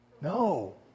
No